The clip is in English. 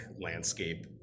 landscape